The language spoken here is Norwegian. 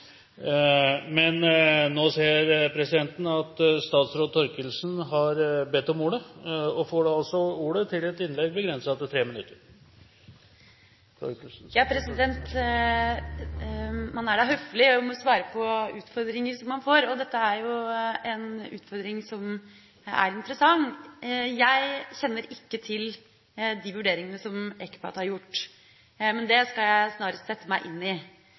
Nå ser presidenten at statsråd Thorkildsen har bedt om ordet. Hun får ordet til et innlegg, begrenset til 3 minutter. Man er da høflig og må svare på utfordringer man får. Dette er jo en utfordring som er interessant. Jeg kjenner ikke til de vurderingene som ECPAT har gjort, men det skal jeg snarest sette meg inn i.